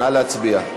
נא להצביע.